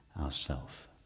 ourself